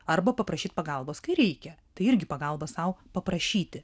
arba paprašyti pagalbos kai reikia tai irgi pagalba sau paprašyti